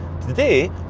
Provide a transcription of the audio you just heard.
Today